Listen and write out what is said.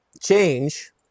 change